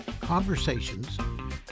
conversations